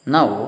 Now